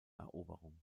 eroberung